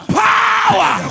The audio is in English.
power